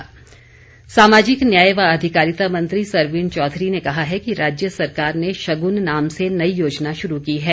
शग्न योजना सामाजिक न्याय व अधिकारिता मंत्री सरवीण चौधरी ने कहा है कि राज्य सरकार ने शगुन नाम से नई योजना शुरू की है